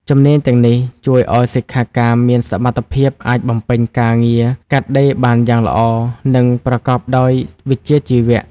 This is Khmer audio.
ជំនាញទាំងនេះជួយឱ្យសិក្ខាកាមមានសមត្ថភាពអាចបំពេញការងារកាត់ដេរបានយ៉ាងល្អ និងប្រកបដោយវិជ្ជាជីវៈ។